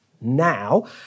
now